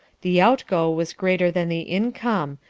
the outgo was greater than the income,